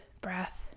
breath